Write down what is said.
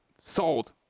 Sold